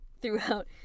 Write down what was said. throughout